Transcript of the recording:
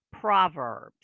proverbs